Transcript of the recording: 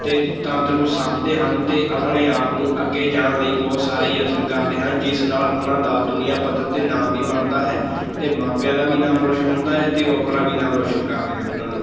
ਤੇ ਤੰਦਰੁਸਤ ਸਮਝਦੇ ਹਨ ਅਤੇ ਆਪਣੇ ਆਪ ਨੂੰ ਅੱਗੇ ਜਾਣ ਲਈ ਬਹੁਤ ਸਾਰੇ ਯਤਨ ਕਰਦੇ ਹਨ ਜਿਸ ਨਾਲ਼ ਉਹਨਾਂ ਦਾ ਦੁਨੀਆਂ ਪੱਧਰ 'ਤੇ ਨਾਮ ਵੀ ਬਣਦਾ ਹੈ ਅਤੇ ਮਾਪਿਆਂ ਦਾ ਵੀ ਨਾਮ ਰੋਸ਼ਨ ਹੁੰਦਾ ਹੈ ਅਤੇ ਉਹ ਆਪਣਾ ਵੀ ਨਾਮ ਰੋਸ਼ਨ ਕਰਦੇ ਹਨ ਧੰਨਵਾਦ